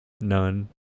none